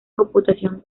computación